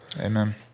Amen